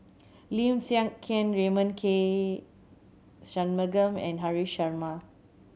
Lim Siang Keat Raymond K Shanmugam and Haresh Sharma